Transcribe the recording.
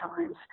times